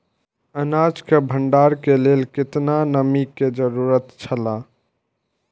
अनाज के भण्डार के लेल केतना नमि के जरूरत छला?